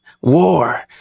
war